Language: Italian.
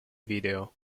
video